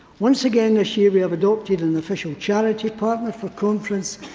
once again this year, we have adopted an official charity partner for conference.